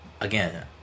again